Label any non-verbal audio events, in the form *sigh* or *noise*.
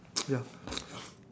*noise* ya